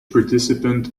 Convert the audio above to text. participant